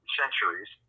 centuries